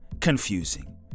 confusing